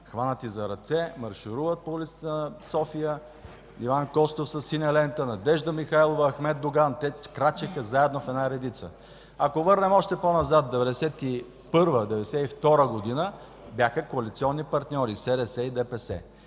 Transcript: хванати за ръце, маршируват по улиците на София Иван Костов със синя лента, Надежда Михайлова, Ахмед Доган, те крачеха заедно в една редица. Ако върнем още по-назад – 1991 – 1992 г., СДС и ДПС бяха коалиционни партньори. И сега